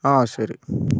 അതെ ശരി